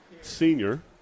senior